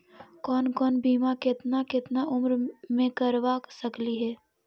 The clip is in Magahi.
कौन कौन बिमा केतना केतना उम्र मे करबा सकली हे?